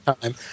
time